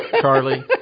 Charlie